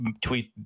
tweet